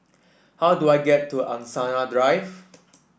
how do I get to Angsana Drive